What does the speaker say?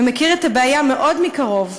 מכיר את הבעיה מאוד מקרוב,